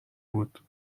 بود